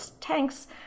tanks